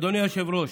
אדוני היושב-ראש,